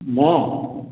ମୁଁ